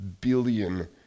billion